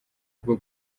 bwo